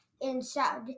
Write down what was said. inside